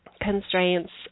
constraints